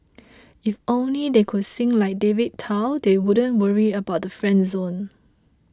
if only they could sing like David Tao they wouldn't worry about the friend zone